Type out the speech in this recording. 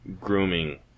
grooming